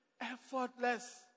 effortless